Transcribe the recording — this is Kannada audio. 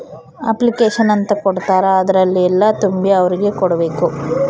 ಅಪ್ಲಿಕೇಷನ್ ಅಂತ ಕೊಡ್ತಾರ ಅದ್ರಲ್ಲಿ ಎಲ್ಲ ತುಂಬಿ ಅವ್ರಿಗೆ ಕೊಡ್ಬೇಕು